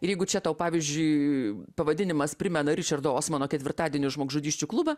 ir jeigu čia tau pavyzdžiui pavadinimas primena ričardo osmano ketvirtadienio žmogžudysčių klubą